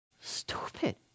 Stupid